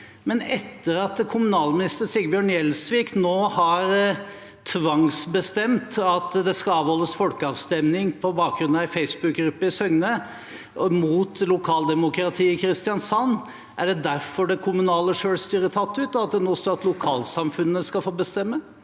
av. Nå har kommunalminister Sigbjørn Gjelsvik tvangsbestemt at det skal avholdes folkeavstemning på bakgrunn av en Facebook-gruppe i Søgne – mot lokaldemokratiet i Kristiansand. Er det derfor det kommunale selvstyret er tatt ut, og at det nå står at lokalsamfunnene skal få bestemme?